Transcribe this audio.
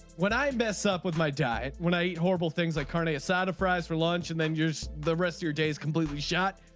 when i mess up with my diet when i eat horrible things like carnie asada fries for lunch and then just the rest of your days completely shot.